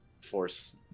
force